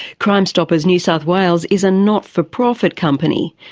crime stoppers new south wales is a not-for-profit company,